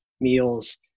meals